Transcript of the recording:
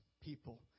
people